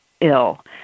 ill